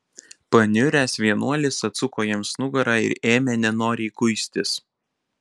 paniuręs vienuolis atsuko jiems nugarą ir ėmė nenoriai kuistis